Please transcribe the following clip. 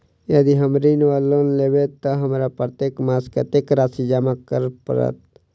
यदि हम ऋण वा लोन लेबै तऽ हमरा प्रत्येक मास कत्तेक राशि जमा करऽ पड़त?